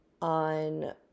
on